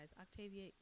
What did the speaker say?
octavia